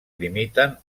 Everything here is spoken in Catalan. limiten